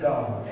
God